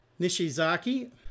Nishizaki